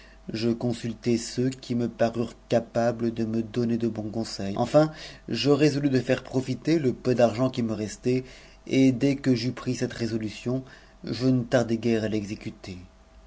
je consultai ceux qui me parurent capables de me donner de bons conseils enfin je résolus de faire profiter le peu d'argent qui fue restait et dès que j'eus pris cette résotuaon je ne tardai guère a fexécuter